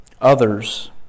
others